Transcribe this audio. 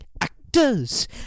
Actors